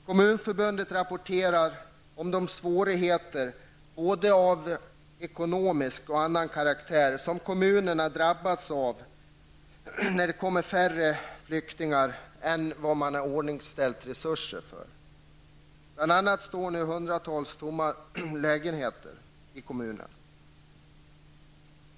Kommunförbundet rapporterar om de svårigheter, både av ekonomisk och annan karaktär, som kommunerna har drabbats av då det kommer färre flyktingar än vad de iordningställt resurser för. Bl.a. står hundratals lägenheter tomma ute i kommunerna.